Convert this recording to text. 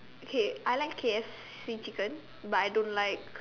okay I like K_F_C chicken but I don't like